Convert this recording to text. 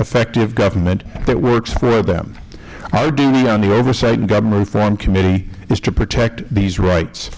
effective government that works for them our duty on the oversight and government reform committee is to protect these rights